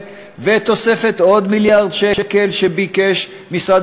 ותוספת עוד מיליארד שקל שביקש משרד